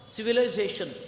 Civilization